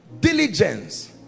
diligence